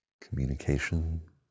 communication